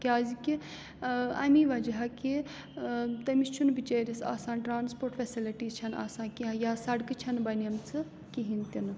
کیٛازِکہِ اَمی وَجہ کہِ تٔمِس چھُنہٕ بِچٲرِس آسان ٹرٛانَسپوٹ فٮ۪سَلِٹی چھَنہٕ آسان کیٚنٛہہ یا سڑکہٕ چھَنہٕ بَنیمژٕ کِہیٖنۍ تہِ نہٕ